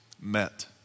met